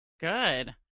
Good